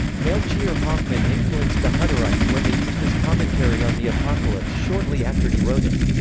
melchior hoffman influenced the hutterites when they used his commentary on the apocalypse shortly after he wrote it.